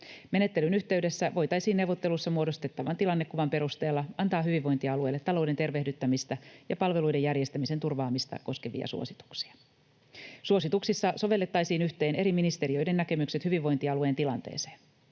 Menettelyn yhteydessä voitaisiin neuvottelussa muodostettavan tilannekuvan perusteella antaa hyvinvointialueelle talouden tervehdyttämistä ja palveluiden järjestämisen turvaamista koskevia suosituksia. Suosituksissa sovitettaisiin yhteen eri ministeriöiden näkemykset hyvinvointialueen tilanteeseen.